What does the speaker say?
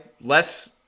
less